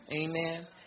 Amen